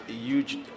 huge